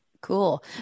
Cool